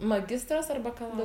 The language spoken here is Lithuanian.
magistras ar bakalau